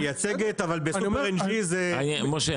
משה,